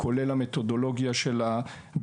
כולל את המתודולוגיה של הבדיקה.